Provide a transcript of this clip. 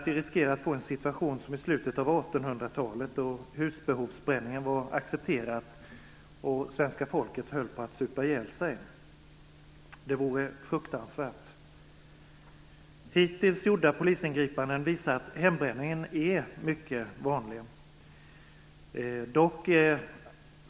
Vi riskerar att få en situation liknande den i slutet av 1800-talet då husbehovsbränningen var accepterad och svenska folket var på väg att supa ihjäl sig. Det vore fruktansvärt. Hittills gjorda polisingripanden visar att hembränning är mycket vanligt.